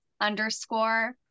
underscore